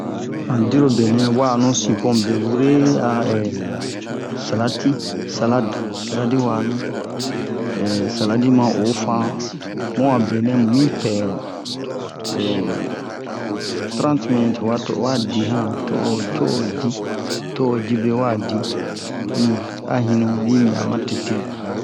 han dirobenɛ wa'anu sin pomu be wure a salati salade saladi wa'anu saladi ma ofan mu'a benɛ mumipɛ trente minutes wa to'owa di han to'o to'o di to'o jibe wadi um a hinu'i mi'a ma tete